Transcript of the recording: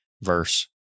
verse